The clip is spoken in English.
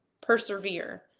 persevere